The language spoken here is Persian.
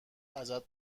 ازت